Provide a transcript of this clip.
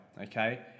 okay